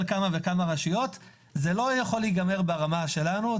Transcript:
כמה רשויות זה לא יכול להיגמר ברמה שלנו.